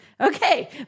Okay